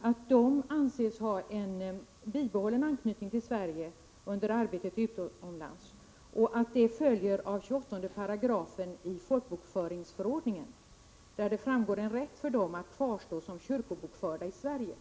att de anses ha en bibehållen anknytning till Sverige under arbetet utomlands; det följer av 28 § i folkbokföringsförordningen, där det stadgas en rätt för dem att kvarstå som kyrkobokförda i Sverige.